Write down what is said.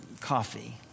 coffee